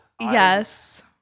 Yes